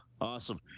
awesome